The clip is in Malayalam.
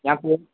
ഞാൻ പോ